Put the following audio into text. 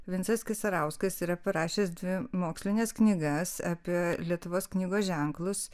vincas kisarauskas yra parašęs dvi mokslines knygas apie lietuvos knygos ženklus